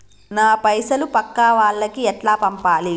నా పైసలు పక్కా వాళ్లకి ఎట్లా పంపాలి?